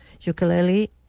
ukulele